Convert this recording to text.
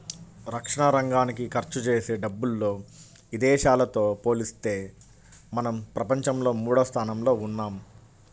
రక్షణరంగానికి ఖర్చుజేసే డబ్బుల్లో ఇదేశాలతో పోలిత్తే మనం ప్రపంచంలో మూడోస్థానంలో ఉన్నాం